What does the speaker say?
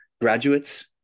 graduates